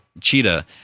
Cheetah